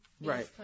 right